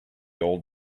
old